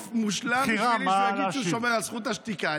מושלם בשבילי שהוא יגיד שהוא שומר על זכות השתיקה.